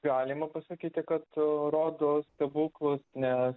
galima pasakyti kad rodos stebuklas nes